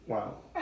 Wow